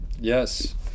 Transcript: Yes